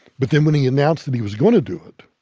but then when he announced that he was going to do it,